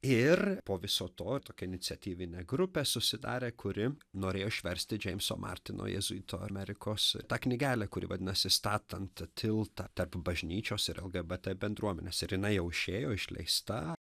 ir po viso to tokia iniciatyvinė grupė susidarė kuri norėjo išversti džeimso martino jėzuitų amerikos tą knygelę kuri vadinasi statant tiltą tarp bažnyčios ir lgbt bendruomenės ir jinai jau išėjo išleista